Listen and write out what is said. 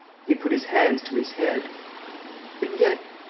he put his hands to his head and yet,